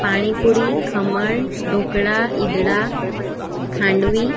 panipuri khaman dhokla idada ખાંડવી